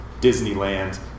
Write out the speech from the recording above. Disneyland